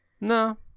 No